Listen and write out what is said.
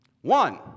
one